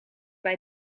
bij